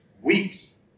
weeks